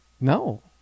No